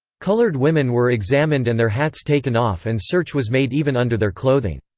colored women were examined and their hats taken off and search was made even under their clothing.